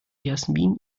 jasmin